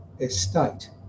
estate